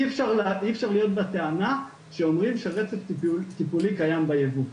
אי אפשר להיות בטענה שאומרים שרצף טיפולי קיים בייבוא,